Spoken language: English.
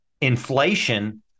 inflation